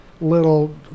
little